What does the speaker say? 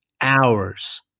hours